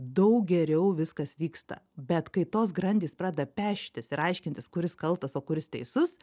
daug geriau viskas vyksta bet kai tos grandys pradeda peštis ir aiškintis kuris kaltas o kuris teisus